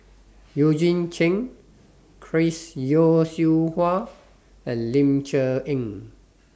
Eugene Chen Chris Yeo Siew Hua and Ling Cher Eng